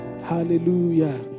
Hallelujah